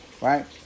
right